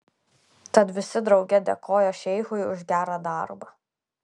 tad visi drauge dėkojo šeichui už gerą darbą